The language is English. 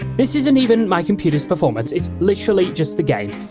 this isn't even my computer's performance, it's literally just the game.